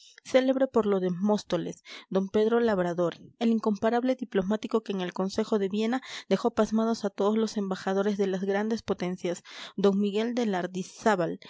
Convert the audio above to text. célebre por lo de móstoles d pedro labrador el incomparable diplomático que en el consejo de viena dejó pasmados a todos los embajadores de las grandes potencias d miguel de lardizábal